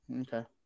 Okay